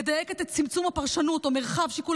מדייקת את צמצום הפרשנות או מרחב שיקול